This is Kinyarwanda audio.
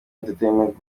entertainment